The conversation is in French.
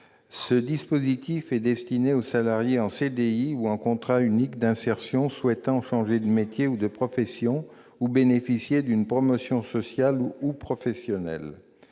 Ce dispositif est destiné aux salariés en CDI ou en contrat unique d'insertion souhaitant changer de métier ou de profession ou bénéficier d'une promotion sociale ou professionnelle.